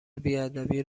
بیادبی